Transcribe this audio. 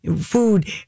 food